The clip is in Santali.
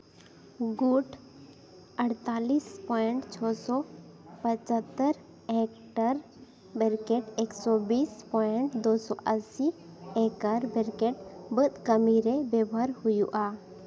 ᱜᱩᱴ ᱟᱴᱛᱟᱞᱤᱥ ᱯᱚᱭᱮᱱᱴ ᱪᱷᱚ ᱥᱚ ᱯᱚᱪᱟᱛᱳᱨ ᱮᱠᱴᱚᱨ ᱵᱮᱨᱤᱠᱮᱴ ᱮᱠᱥᱚ ᱵᱤᱥ ᱯᱚᱭᱮᱱᱴ ᱫᱳ ᱥᱚ ᱟᱥᱤ ᱮᱠᱟᱨ ᱵᱮᱨᱤᱠᱮᱴ ᱵᱟᱹᱫᱽ ᱠᱟᱹᱢᱤ ᱨᱮ ᱵᱮᱵᱚᱦᱟᱨ ᱦᱩᱭᱩᱜᱼᱟ